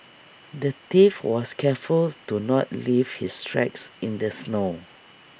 the thief was careful to not leave his tracks in the snow